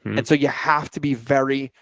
and so you have to be very,